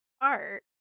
art